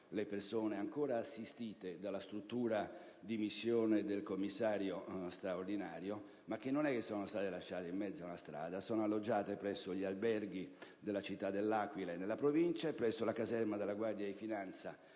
le persone ancora assistite dalla struttura di missione del Commissario straordinario, ma che comunque non sono state lasciate in mezzo alla strada. Sono alloggiate presso gli alberghi della città dell'Aquila e della Provincia, presso la caserma della Guardia di Finanza